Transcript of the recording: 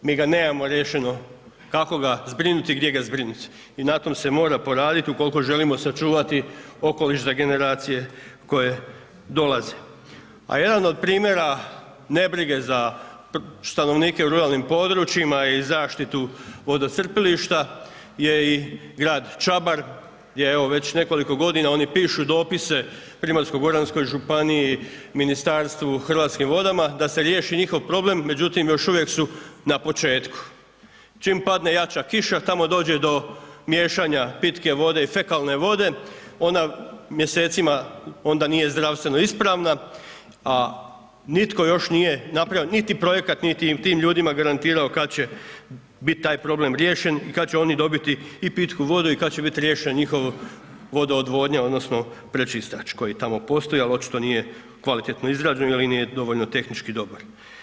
Mi ga nemamo riješeno, kako ga zbrinuti, gdje ga zbrinuti i na tom se mora poraditi ukoliko želimo sačuvati okoliš za generacije koje dolaze, a jedan od primjera nebrige za stanovnike u ruralnim područjima i zaštitu vodocrpilišta je i Grad Čabar, gdje evo već nekoliko godina oni pišu dopise Primorsko-goranskoj županiji, Ministarstvu, Hrvatskim vodama da se riješi njihov problem, međutim još uvijek su na početku, čim padne jača kiša tamo dođe do miješanja pitke vode i fekalne vode, ona mjesecima onda nije zdravstveno ispravna, a nitko još nije napravio niti projekat, niti je tim ljudima garantirao kad će bit taj problem riješen, i kad će oni dobiti i pitku vodu, i kad će bit riješen njihova vodoodvodnja odnosno pročistač koji tamo postoji, ali očito nije kvalitetno izgrađen ili nije dovoljno tehnički dobar.